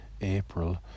April